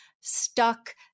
stuck